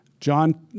John